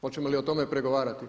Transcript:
Hoćemo li o tome pregovarati?